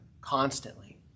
constantly